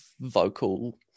vocal